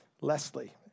Leslie